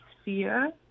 sphere